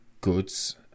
goods